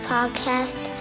Podcast